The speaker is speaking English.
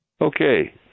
Okay